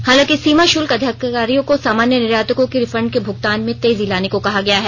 हालांकि सीमा शुल्क अधिकारियों को सामान्य निर्यातकों के रिफंड के भुगतान में तेजी लाने को कहा गया है